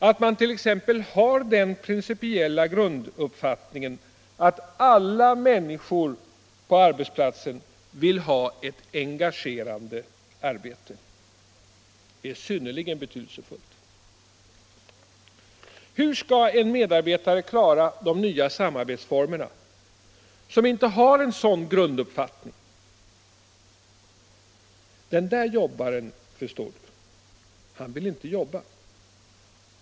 Att man t.ex. har den principiella grunduppfattningen att alla människor på arbetsplatsen vill ha ett engagerande arbete är synnerligen betydelsefullt. Hur skall en medarbetare som inte har en sådan grunduppfattning klara de nya samarbetsformerna? ”Den där jobbaren, förstår du, han vill inte jobba.